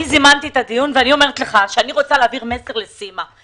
אני זימתי את הדיון ואני רוצה להעביר מסר לסימה.